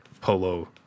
polo